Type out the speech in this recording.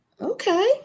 Okay